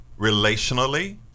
relationally